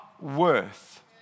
worth